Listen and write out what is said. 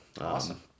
Awesome